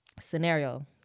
scenario